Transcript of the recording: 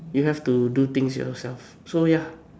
you have to do things yourself so ya